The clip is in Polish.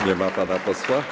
Nie ma pana posła?